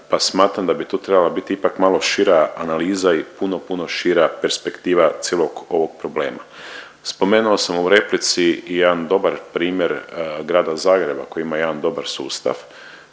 pa smatram da bi tu trebala bit ipak malo šira analiza i puno, puno šira perspektiva cijelog ovog problema. Spomenuo sam u replici i jedan dobar primjer Grada Zagreba koji ima jedan dobar sustav.